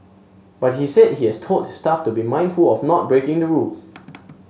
but he said he has told his staff to be mindful of not breaking the rules